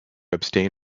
abstain